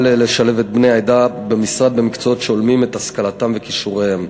לשלב את בני העדה במשרד במקצועות שהולמים את השכלתם ואת כישוריהם.